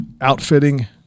outfitting